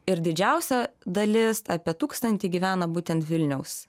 ir didžiausia dalis apie tūkstantį gyvena būtent vilniaus